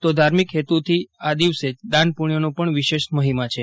તો ધાર્મિક હેત્થી આ દિવસે દાન પ્રણ્યનો પણ વિશેષ મહિમા છે